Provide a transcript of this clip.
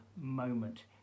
moment